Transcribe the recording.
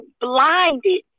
blinded